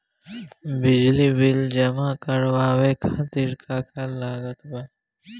बिजली बिल जमा करावे खातिर का का लागत बा?